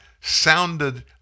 sounded